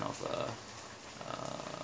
of a uh